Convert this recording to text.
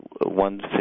one